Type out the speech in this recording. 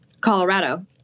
Colorado